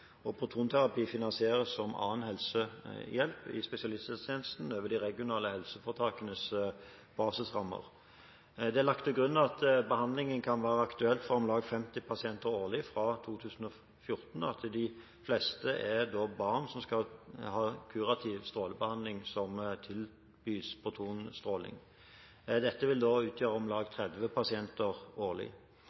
og protonterapi finansieres som annen helsehjelp i spesialisthelsetjenesten over de regionale helseforetakenes basisrammer. Det er lagt til grunn at behandlingen kan være aktuell for om lag 50 pasienter årlig, fra 2014. De fleste er barn som skal ha kurativ strålebehandling, som tilbys protonstråling. Dette vil da utgjøre om lag 30 pasienter årlig.